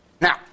Now